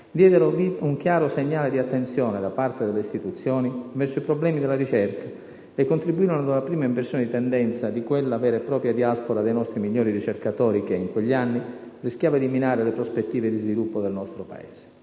diedero un chiaro segnale di attenzione, da parte delle istituzioni, verso i problemi della ricerca, e contribuirono ad una prima inversione di tendenza di quella vera e propria diaspora dei nostri migliori ricercatori che, in quegli anni, rischiava di minare le prospettive di sviluppo del nostro Paese.